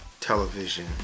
television